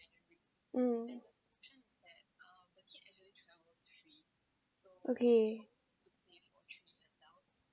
mm okay